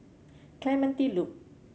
Clementi Loop